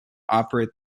operate